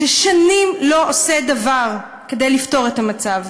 ששנים לא עושה דבר כדי לפתור את המצב,